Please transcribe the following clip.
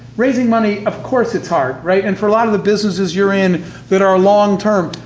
raising money, of course it's hard, right? and for a lot of the businesses you're in that are long-term.